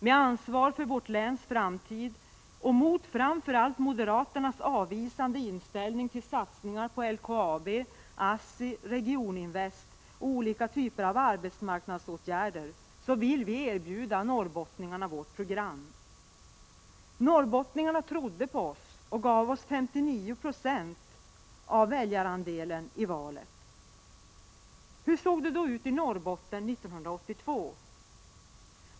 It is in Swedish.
Med ansvar för länets framtid och mot framför allt moderaternas avvisande inställning till satsningar på LKAB/ASSI, Regioninvest och olika typer av arbetsmarknadsåtgärder ville vi erbjuda norrbottningarna vårt program. Norrbottningarna trodde på oss och gav oss 59 96 väljarandelar i valet! Hur såg det ut i Norrbotten 1982?